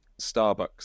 Starbucks